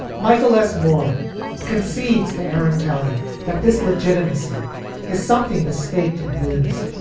michael s. moore concedes to aaron kelly that this legitimacy is something the state can lose